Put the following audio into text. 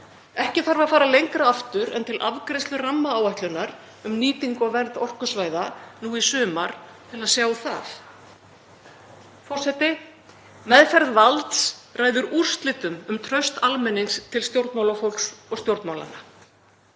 Ekki þarf að fara lengra aftur en til afgreiðslu rammaáætlunar um nýtingu og vernd orkusvæða nú í sumar til að sjá það. Forseti. Meðferð valds ræður úrslitum um traust almennings til stjórnmálafólks og stjórnmálanna.